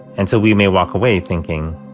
and so we may walk away thinking,